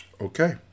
Okay